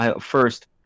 first